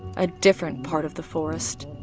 a different part of the forest.